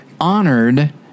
honored